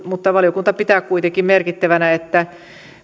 mutta valiokunta pitää kuitenkin merkittävänä että